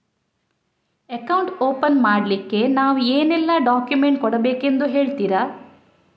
Account open ಮಾಡ್ಲಿಕ್ಕೆ ನಾವು ಏನೆಲ್ಲ ಡಾಕ್ಯುಮೆಂಟ್ ಕೊಡಬೇಕೆಂದು ಹೇಳ್ತಿರಾ?